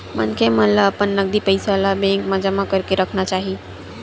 मनखे मन ल अपन नगदी पइया ल बेंक मन म जमा करके राखना चाही